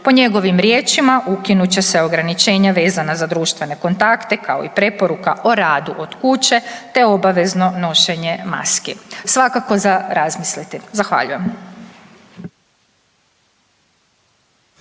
Po njegovim riječima, ukinut će se ograničenja vezana za društvene kontakte kao i preporuka o radu od kuće te obavezno nošenje maski. Svakako za razmisliti. Zahvaljujem.